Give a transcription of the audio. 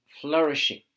flourishing